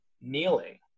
kneeling